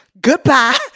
goodbye